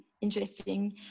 interesting